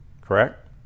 Correct